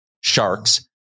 Sharks